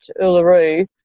Uluru